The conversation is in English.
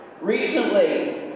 Recently